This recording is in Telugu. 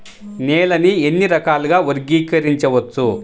నేలని ఎన్ని రకాలుగా వర్గీకరించవచ్చు?